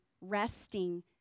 resting